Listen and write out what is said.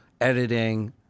editing